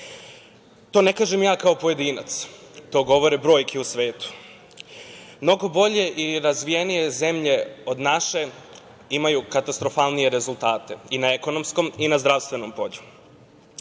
To ne kažem ja kao pojedinac, to govore brojke u svetu. Mnogo bolje i razvijene zemlje od naše imaju katastrofalne rezultate i na ekonomskom i na zdravstvenom polju. To